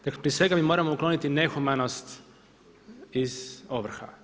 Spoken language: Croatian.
Dakle, prije svega mi moramo ukloniti nehumanost iz ovrha.